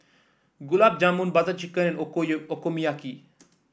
Gulab Jamun Butter Chicken Okonomiyaki